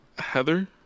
Heather